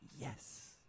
Yes